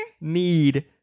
need